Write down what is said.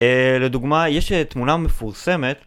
לדוגמה יש תמונה מפורסמת